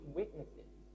witnesses